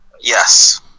Yes